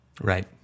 Right